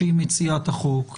שהיא מציעת החוק,